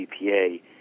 EPA